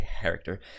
character